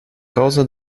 causa